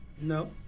No